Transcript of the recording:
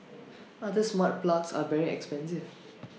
other smart plugs are very expensive